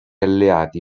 alleati